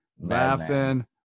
Laughing